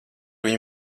viņu